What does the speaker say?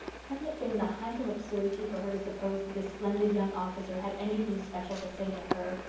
hadn't it been the height of absurdity for her to suppose that this splendid young officer had anything special to say to her,